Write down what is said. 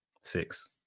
six